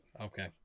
Okay